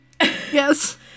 Yes